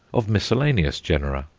of miscellaneous genera.